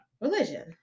Religion